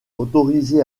autorisé